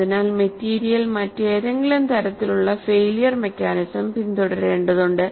അതിനാൽ മെറ്റീരിയൽ മറ്റേതെങ്കിലും തരത്തിലുള്ള ഫെയ്ലിയർ മെക്കാനിസം പിന്തുടരേണ്ടതുണ്ട്